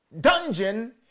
dungeon